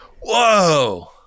Whoa